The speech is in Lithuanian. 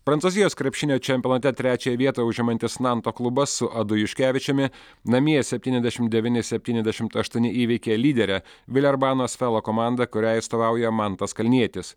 prancūzijos krepšinio čempionate trečiąją vietą užimantis nanto klubas su adu juškevičiumi namie septyniasdešim devyni septyniasdešimt aštuoni įveikė lyderę vilerbano sfelo komandą kuriai atstovauja mantas kalnietis